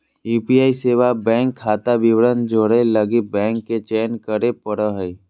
UPI सेवा bank खाता विवरण जोड़े लगी बैंक के चयन करे पड़ो हइ